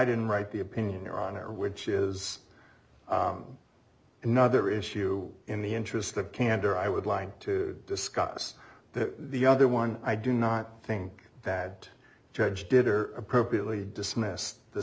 didn't write the opinion your honor which is another issue in the interest of candor i would like to discuss that the other one i do not think that judge did or appropriately dismissed the